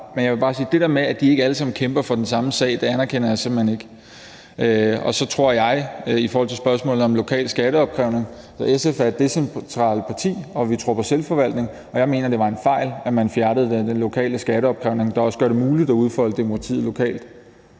Men jeg vil til det der med, at de ikke alle sammen kæmper for den samme sag, bare sige, at det anerkender jeg simpelt hen ikke. I forhold til spørgsmålet om lokal skatteopkrævning vil jeg sige, at SF er et decentralt parti, vi tror på selvforvaltning, og jeg mener, det var en fejl, at man fjernede den lokale skatteopkrævning, der også gør det muligt at udfolde demokratiet lokalt.